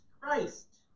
Christ